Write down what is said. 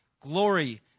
glory